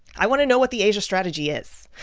i want to know what the asia strategy is.